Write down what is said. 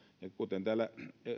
ja kuten täällä